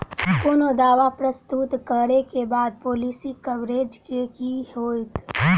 कोनो दावा प्रस्तुत करै केँ बाद पॉलिसी कवरेज केँ की होइत?